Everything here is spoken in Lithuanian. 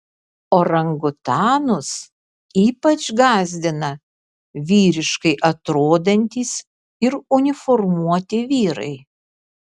orangutanus ypač gąsdina vyriškai atrodantys ir uniformuoti vyrai